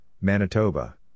Manitoba